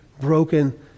broken